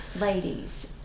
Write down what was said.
Ladies